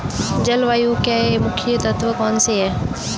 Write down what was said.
जलवायु के मुख्य तत्व कौनसे हैं?